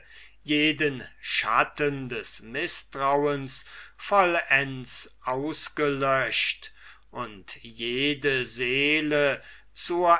jeden schatten des mißtrauens vollends ausgelöscht und jede seele zur